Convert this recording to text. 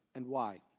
and why?